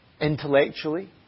intellectually